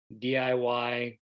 DIY